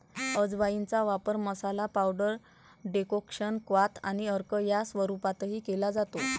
अजवाइनचा वापर masala, powder, decoction, क्वाथ आणि अर्क या स्वरूपातही केला जातो